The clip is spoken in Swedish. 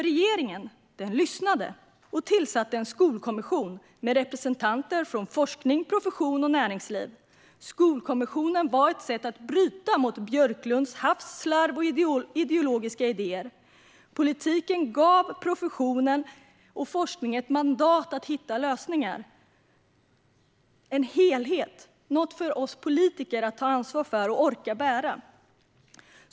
Regeringen lyssnade och tillsatte en skolkommission med representanter från forskning, profession och näringsliv. Skolkommissionen var ett sätt att bryta med Björklunds hafs, slarv och ideologiska idéer. Politiken gav profession och forskning ett mandat att hitta lösningar, en helhet - något för oss politiker att ta ansvar för och orka bära.